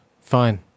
fine